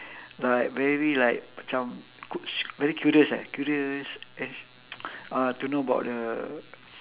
like very like macam very curious eh curious uh to know about the